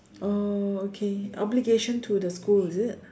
oh okay obligation to the school is it